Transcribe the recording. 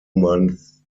months